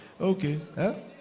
Okay